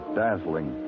dazzling